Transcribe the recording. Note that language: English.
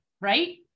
right